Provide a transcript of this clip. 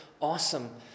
awesome